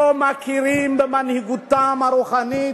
לא מכירים במנהיגותם הרוחנית,